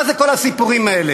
מה זה כל הסיפורים האלה?